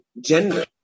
gender